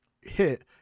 hit